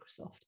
Microsoft